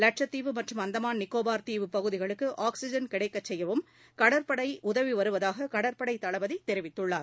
லட்சத்தீவு மற்றும் அந்தமான் நிக்கோபாா் தீவு பகுதிகளுக்கு ஆக்சிஜன் கிடைக்கச் செய்யவும் கடற்படை உதவி வருவதாக கடற்படை தளபதி தெரிவித்துள்ளார்